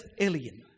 alien